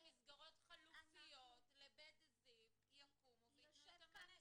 מסגרות חלופיות ל'בית זיו' יקומו וייתנו את המענה.